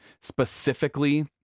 specifically